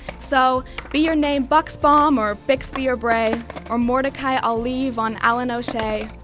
so be your name buxbaum or bixby or bray or mordecai ali van allen o'shea,